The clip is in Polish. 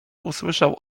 usłyszał